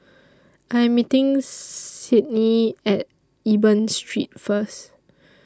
I'm meeting Sydnie At Eben Street First